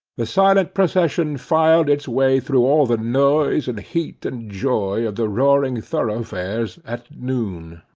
the silent procession filed its way through all the noise, and heat, and joy of the roaring thoroughfares at noon.